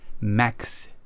Max